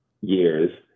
years